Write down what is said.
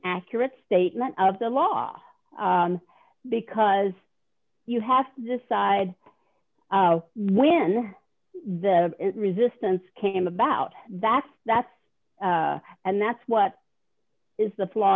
accurate statement of the law because you have to decide when the resistance came about that's that's and that's what is the flaw